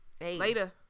Later